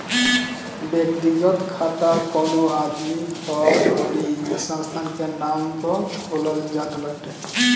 व्यक्तिगत खाता कवनो आदमी, फर्म अउरी संस्था के नाम पअ खोलल जात बाटे